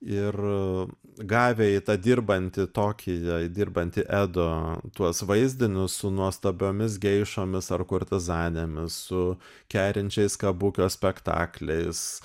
ir gavę į tą dirbantį tokijuj dirbantį edo tuos vaizdinius su nuostabiomis geišomis ar kurtizanėmis su kerinčiais kabukio spektakliais